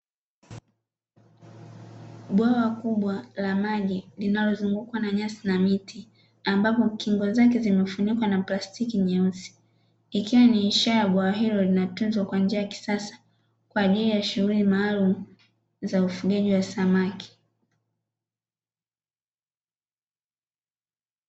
Bwawa kubwa la maji linalozungukwa na nyasi na miti ambapo kingo zake zimefunikwa na plastiki nyeusi ikiwa ni ishara bwawa hilo linatunzwa kwa njia ya kisasa kwa ajili ya shughuli maalumu za ufugaji wa samaki.